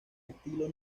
estilo